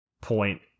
point